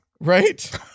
Right